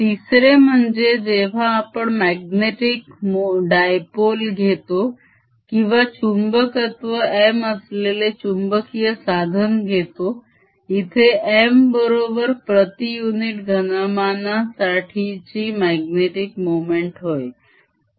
तिसरे म्हणजे जेव्हा आपण magnetic dipole घेतो किंवा चुंबकत्व M असलेले चुंबकीय साधन घेतो इथे M बरोबर प्रती युनिट घनमानासाठीची magnetic मोमेंट होय